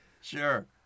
Sure